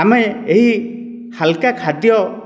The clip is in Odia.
ଆମେ ଏହି ହାଲକା ଖାଦ୍ୟ